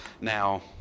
Now